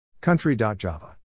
Country.java